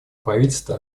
правительство